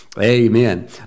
Amen